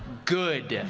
good.